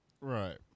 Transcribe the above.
right